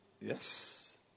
Yes